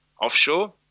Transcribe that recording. offshore